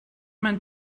mein